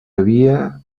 havia